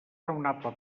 raonable